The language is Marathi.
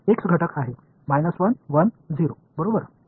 तर x घटक आहे 1 1 0 बरोबर